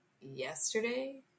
yesterday